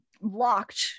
locked